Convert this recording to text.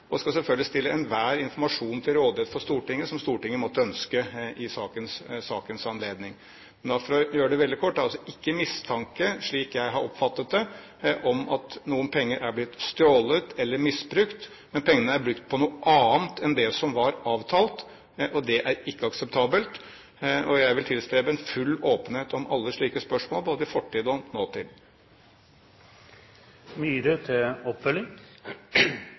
og skal selvfølgelig stille enhver informasjon til rådighet for Stortinget som Stortinget måtte ønske i sakens anledning. For å gjøre det veldig kort: Det er altså ikke mistanke, slik jeg har oppfattet det, om at noen penger er blitt stjålet eller misbrukt, men pengene er brukt på noe annet enn det som var avtalt, og det er ikke akseptabelt. Jeg vil tilstrebe full åpenhet om alle slike spørsmål, både i fortid og